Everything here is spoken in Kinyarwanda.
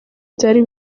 byari